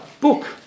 book